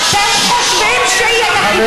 אורלי.